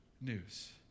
news